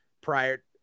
Prior